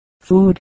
Food